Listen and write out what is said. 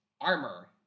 Armor